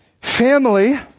Family